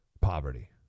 poverty